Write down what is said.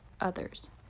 others